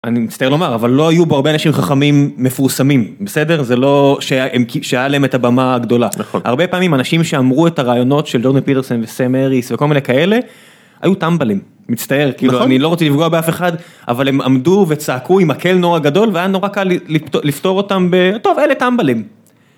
אני מצטער לומר: אבל לא היו בו הרבה אנשים חכמים מפורסמים. בסדר? זה לא שהיה להם את הבמה הגדולה. כן, נכון... הרבה פעמים אנשים שאמרו את הרעיונות של ג'ורדן פיטרסון וסם האריס וכל מיני כאלה, היו טמבלים. אני מצטער, כאילו, אני לא רוצה לפגוע באף אחד אבל הם עמדו וצעקו עם מקל נורא גדול והיה נורא קל לפטור אותם ב:"טוב אלה טמבלים".